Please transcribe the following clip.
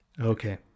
Okay